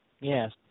Yes